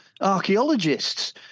archaeologists